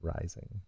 Rising